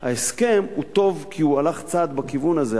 ההסכם הוא טוב כי הוא הלך צעד בכיוון הזה,